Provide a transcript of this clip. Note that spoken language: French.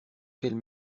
quelle